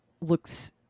looks